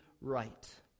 right